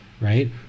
right